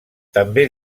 també